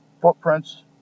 footprints